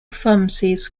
pharmacies